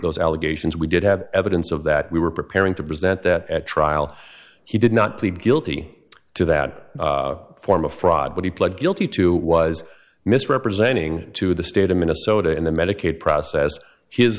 those allegations we did have evidence of that we were preparing to present that at trial he did not plead guilty to that form of fraud but he pled guilty to was misrepresenting to the state of minnesota in the medicaid process his